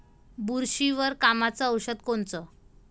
बुरशीवर कामाचं औषध कोनचं?